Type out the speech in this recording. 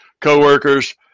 coworkers